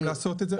לעשות את זה.